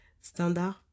Standard